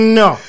no